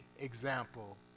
example